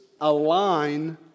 align